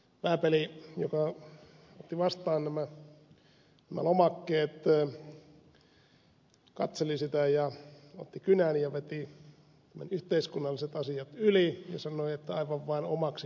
vääpeli joka otti vastaan tämän lomakkeen katseli sitä ja otti kynän ja veti yhteiskunnalliset asiat yli ja sanoi että aivan vaan omaksi parhaaksesi